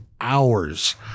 hours